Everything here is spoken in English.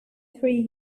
three